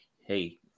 hey